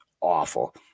awful